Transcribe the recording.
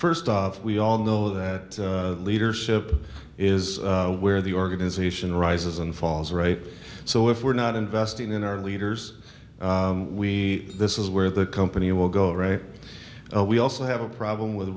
first of we all know that leadership is where the organization rises and falls right so if we're not investing in our leaders we this is where the company will go right we also have a problem with